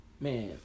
man